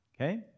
Okay